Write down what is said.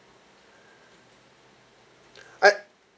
I